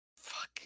Fuck